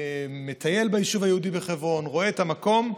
מטייל ביישוב היהודי בחברון, רואה את המקום,